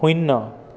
শূন্য